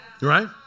Right